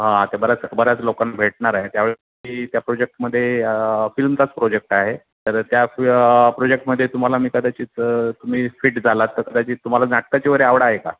हां ते बऱ्याच बऱ्याच लोकांना भेटणार आहे त्या वेळेस मी त्या प्रोजेक्टमध्ये फिल्मचाच प्रोजेक्ट आहे तर त्या प्रोजेक्टमध्ये तुम्हाला मी कदाचित तुमी फिट झालात तर कदाचित तुम्हाला नाटकाची वरे आवड आहे का